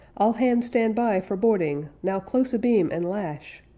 all hands stand by for boarding now, close abeam and lash!